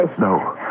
No